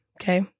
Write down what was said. Okay